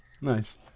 Nice